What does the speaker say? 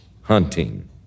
hunting